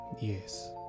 Yes